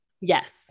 Yes